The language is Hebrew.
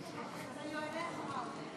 אז אני אעלה אחריו.